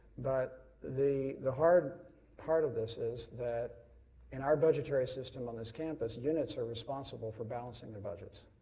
but, the the hard part of this is that in our budgetary system on this campus, units are responsible for balancing their budgets.